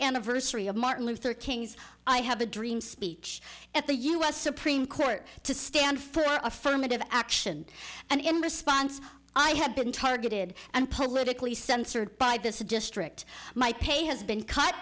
anniversary of martin luther king's i have a dream speech at the u s supreme court to stand for affirmative action and in response i have been targeted and politically censored by this district my pay has been cut